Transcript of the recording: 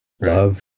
Love